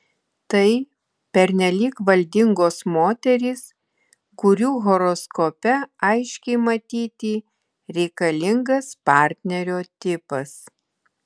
tai pernelyg valdingos moterys kurių horoskope aiškiai matyti reikalingas partnerio tipas